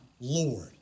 Lord